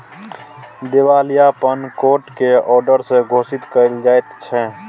दिवालियापन कोट के औडर से घोषित कएल जाइत छइ